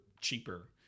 cheaper